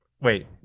wait